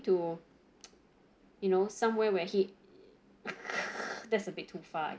to you know somewhere where he that's a bit too far